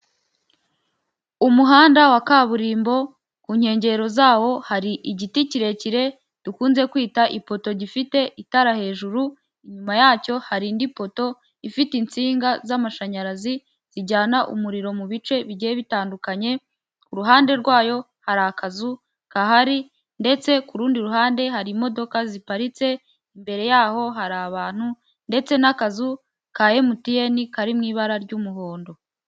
Umuhanda wa kaburimbo ku nkengero zawo hari igiti kirekire dukunze kwita ifoto gifite itara hejuru, inyuma yacyo hari indi poto ifite insinga z'amashanyarazi zijyana umuriro mu bice bigiye bitandukanye, ku ruhande rwayo hari akazu kahari ndetse ku rundi ruhande hari imodoka ziparitse, imbere yaho hari abantu ndetse n'akazu ka MTN kari mu ibara ry'umuhondo.